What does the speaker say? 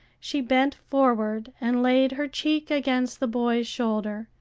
she bent forward and laid her cheek against the boy's shoulder.